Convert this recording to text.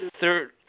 third